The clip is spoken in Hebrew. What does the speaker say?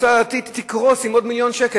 שהמועצה הדתית תקרוס עם עוד מיליון שקל,